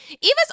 Eva's